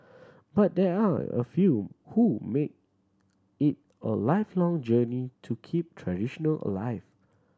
but there are a few who make it a lifelong journey to keep traditional alive